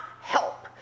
help